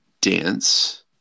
dance